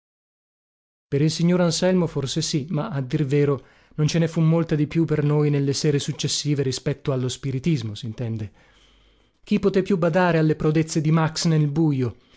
per il signor anselmo forse sì ma a dir vero non ce ne fu molta di più per noi nelle sere successive rispetto allo spiritismo sintende chi poté più badare alle prodezze di max nel buio